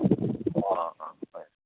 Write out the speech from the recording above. ꯑꯣ ꯍꯣ ꯍꯣꯏ